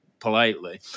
politely